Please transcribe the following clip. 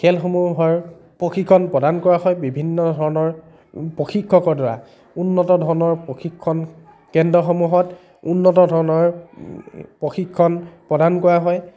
খেলসমূহৰ প্ৰশিক্ষণ প্ৰদান কৰা হয় বিভিন্ন ধৰণৰ প্ৰশিক্ষকৰ দ্বাৰা উন্নত ধৰণৰ প্ৰশিক্ষণ কেন্দ্ৰসমূহত উন্নত ধৰণৰ প্ৰশিক্ষণ প্ৰদান কৰা হয়